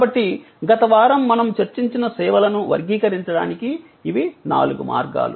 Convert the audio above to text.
కాబట్టి గత వారం మనము చర్చించిన సేవలను వర్గీకరించడానికి ఇవి నాలుగు మార్గాలు